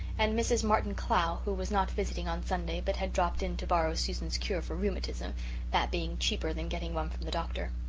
and mrs. martin clow, who was not visiting on sunday but had dropped in to borrow susan's cure for rheumatism that being cheaper than getting one from the doctor.